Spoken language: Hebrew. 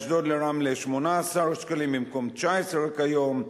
מאשדוד לרמלה 18 שקלים במקום 19 כיום,